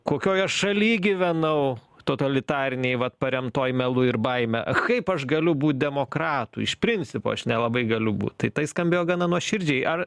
kokioj aš šaly gyvenau totalitarinėj vat paremtoj melu ir baime kaip aš galiu būt demokratu iš principo aš nelabai galiu būt tai tai skambėjo gana nuoširdžiai ar